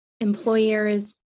employers